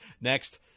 Next